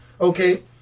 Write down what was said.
Okay